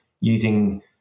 using